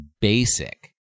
basic